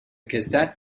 cassette